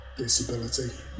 disability